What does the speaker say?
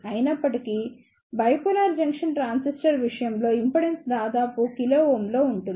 అయినప్పటికీ bipolar junction transistor విషయంలో impedance దాదాపు కిలో ఓం లో ఉంటుంది